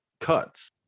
cuts